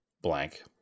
blank